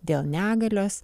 dėl negalios